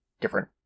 different